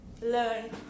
learn